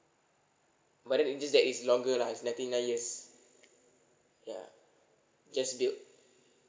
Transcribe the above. but then it's just that it's longer lah it's ninety nine years yeah just built